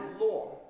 law